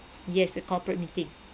yes a corporate meeting